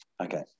Okay